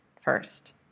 first